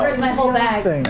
my whole bag.